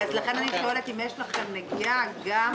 לכן אני שואלת אם יש לכם נגיעה גם.